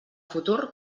futur